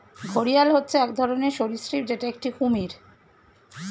ঘড়িয়াল হচ্ছে এক ধরনের সরীসৃপ যেটা একটি কুমির